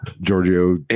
Giorgio